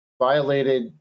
violated